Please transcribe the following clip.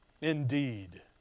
Indeed